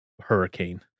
hurricane